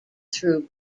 through